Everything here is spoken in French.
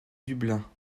dublin